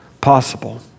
possible